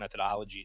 methodologies